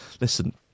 Listen